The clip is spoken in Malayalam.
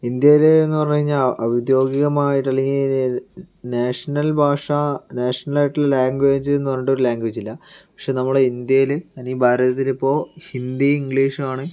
ഇന്ത്യയിലെന്ന് പറഞ്ഞു കഴിഞ്ഞാൽ ഔദ്യോഗികമായിട്ട് അല്ലെങ്കിൽ നാഷണൽ ഭാഷ നാഷണൽ ആയിട്ട് ഒരു ലാംഗ്വേജ് എന്ന് പറഞ്ഞിട്ടൊരു ലാംഗ്വേജ് ഇല്ല പക്ഷേ നമ്മുടെ ഇന്ത്യയില് ഇനി ഭാരതത്തിൽ ഇപ്പോൾ ഹിന്ദി ഇംഗ്ലീഷുമാണ്